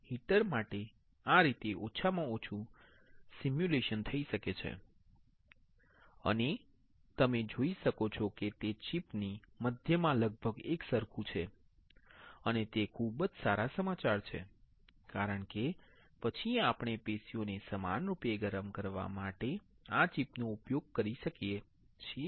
તેથી હીટર માટે આ રીતે ઓછામાં ઓછું સિમ્યુલેશન થઈ શકે છે અને તમે જોઈ શકો છો કે તે ચિપની મધ્યમાં લગભગ એક સરખું છે અને તે ખૂબ જ સારા સમાચાર છે કારણ કે પછી આપણે પેશીઓને સમાનરૂપે ગરમ કરવા માટે આ ચિપ નો ઉપયોગ કરી શકીએ છીએ